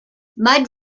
mud